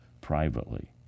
privately